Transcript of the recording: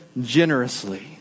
generously